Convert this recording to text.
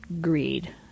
greed